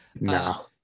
no